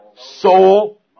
soul